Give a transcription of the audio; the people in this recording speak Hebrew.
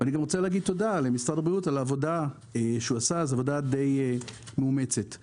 ואני גם רוצה להגיד תודה למשרד הבריאות על העבודה הדי מאומצת שהוא עשה.